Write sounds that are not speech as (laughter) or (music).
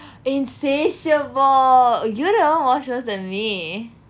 (noise) insatiable you the [one] watch shows than me